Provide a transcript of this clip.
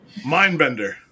Mindbender